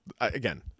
Again